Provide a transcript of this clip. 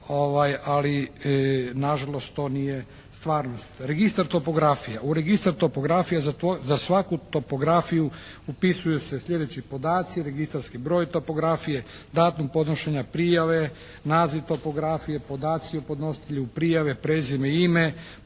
ali na žalost to nije stvarnost. Registar topografije. U registar topografije za svaku topografiju upisuju se sljedeći podaci registarski broj topografije, datum podnošenja prijave, naziv topografije, podaci o podnositelju prijave, prezime i ime,